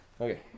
okay